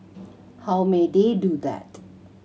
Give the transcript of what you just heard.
how may they do that